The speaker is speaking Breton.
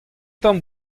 tamm